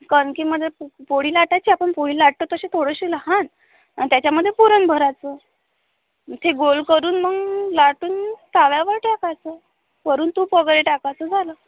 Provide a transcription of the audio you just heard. कणकेमधे प पोळी लाटायची आपण पोळी लाटतो तशी थोडीशी लहान आणि त्याच्यामधे पुरण भरायचं ती गोल करून मग लाटून तव्यावर ठेवायचं वरून तूप वगैरे टाकायचं झालं